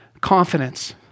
Confidence